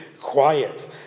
quiet